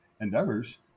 endeavors